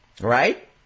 Right